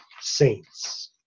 saints